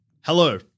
Hello